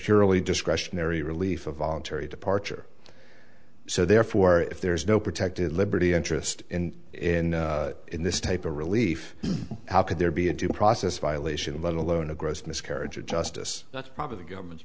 purely discretionary relief a voluntary departure so therefore if there is no protected liberty interest in in this type of relief how could there be a due process violation let alone a gross miscarriage of justice probably the government's